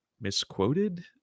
misquoted